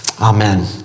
Amen